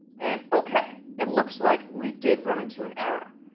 and ok, it looks like we did run into an error.